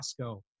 Costco